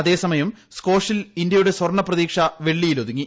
അതേസമയം സ്ക്വഷിൽ ഇന്ത്യിടെ സ്വർണ്ണ പ്രതീക്ഷ വെള്ളിയിലൊതുങ്ങി